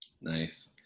nice